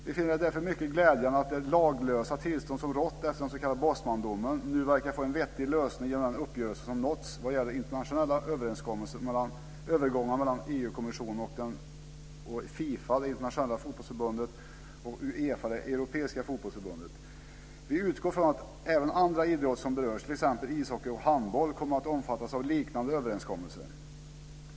Vi finner det därför mycket glädjande att det "laglösa" tillstånd som rått efter den s.k. Bosmandomen nu verkar få en vettig lösning genom den uppgörelse som nåtts vad gäller internationella övergångar mellan EU-kommissionen och Internationella fotbollsförbundet, FIFA, och Europeiska fotbollsförbundet, UEFA. Vi utgår från att även andra idrotter som berörs, t.ex. ishockey och handboll, kommer att omfattas av liknande överenskommelser.